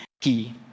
key